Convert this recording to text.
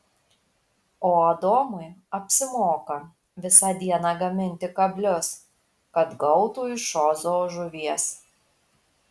o adomui apsimoka visą dieną gaminti kablius kad gautų iš ozo žuvies